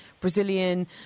Brazilian